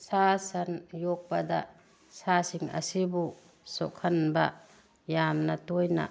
ꯁꯥ ꯁꯟ ꯌꯣꯛꯄꯗ ꯁꯥꯁꯤꯡ ꯑꯁꯤꯕꯨ ꯁꯣꯛꯍꯟꯕ ꯌꯥꯝꯅ ꯇꯣꯏꯅ